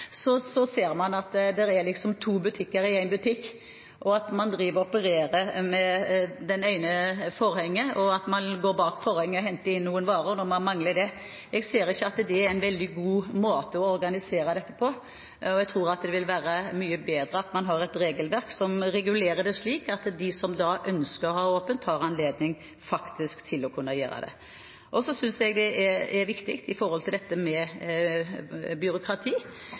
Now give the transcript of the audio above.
det liksom er to butikker i én butikk, og man driver og opererer med et forheng og går bak forhenget og henter inn noen varer når man mangler det – ikke en veldig god måte å organisere dette på. Jeg tror at det vil være mye bedre at man har et regelverk som regulerer det slik at de som ønsker å ha åpent, har anledning til det. Jeg synes også det er viktig med tanke på dette med byråkrati. Slik som det er